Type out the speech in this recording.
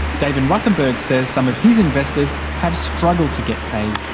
david ruthenberg says some of his investors have struggled to get paid.